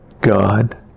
God